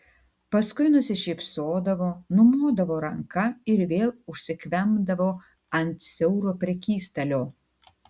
paskui nusišypsodavo numodavo ranka ir vėl užsikvempdavo ant siauro prekystalio